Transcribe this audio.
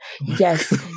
yes